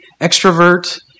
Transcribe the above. extrovert